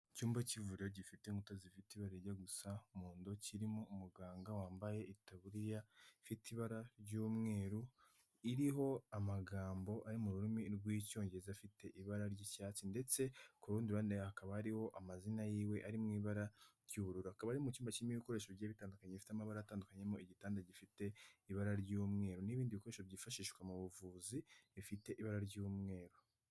Icyumba cy'ivuriro gifite inkuta zifite ibara rijya gusa umuhondo kirimo umuganga wambaye itaburiya ifite ibara ry'umweru iriho amagambo ari mu rurimi rw'icyongereza afite ibara ry'icyatsi ndetse ku rundi ruhande hakaba ariho amazina yiwe ari mu ibara ry'uburura, akaba ari mu cyumba kirimo ibikoresho bigiye bitandukanye gifite amabara atandukanye birimo igitanda gifite ibara ry'umweru n'ibindi bikoresho byifashishwa mu buvuzi bifite ibara ry'umweru.